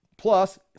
Plus